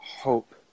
hope